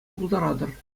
пултаратӑр